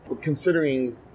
Considering